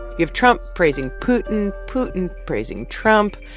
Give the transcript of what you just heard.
you have trump praising putin, putin praising trump.